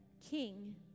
King